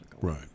Right